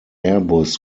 airbus